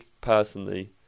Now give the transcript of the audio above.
personally